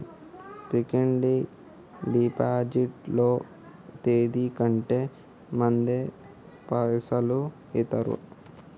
Fix డ్ deposit లో తేది కంటే ముందే పైసలు ఇత్తరా?